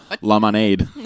lemonade